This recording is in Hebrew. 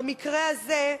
במקרה הזה,